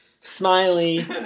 Smiley